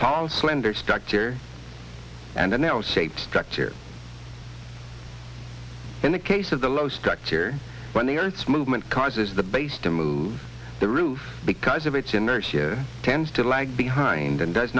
tall slender structure and an l shaped structure in the case of the low structure when the earth's movement causes the base to move the roof because of its inertia tends to lag behind and does